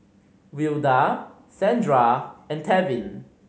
Wilda Sandra and Tevin